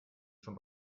schon